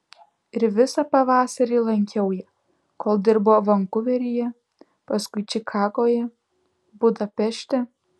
ir visą pavasarį lankiau ją kol dirbo vankuveryje paskui čikagoje budapešte